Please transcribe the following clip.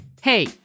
Hey